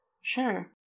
Sure